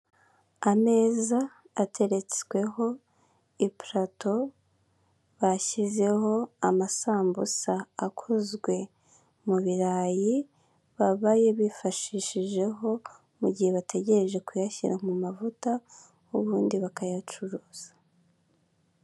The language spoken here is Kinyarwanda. Ameza ateretsweho ipurato bashyizeho amasambusa akozwe mu birayi babaye bifashishijeho mu gihe bategereje kuyashyira mu mavuta ubundi bakayacuruza.